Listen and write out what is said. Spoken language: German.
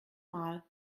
mal